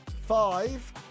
five